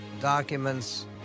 documents